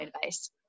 advice